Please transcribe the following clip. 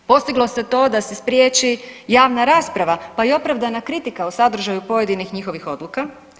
Postiglo se to da se spriječi javna rasprava pa i opravdana kritika o sadržaju pojedinih njihovih odluka.